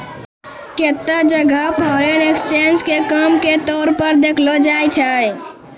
केत्तै जगह foreign exchange के काम के तौर पर देखलो जाय छै